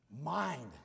mind